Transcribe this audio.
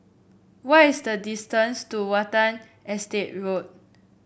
what is the distance to Watten Estate Road